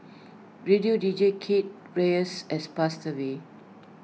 radio deejay Kate Reyes has passed away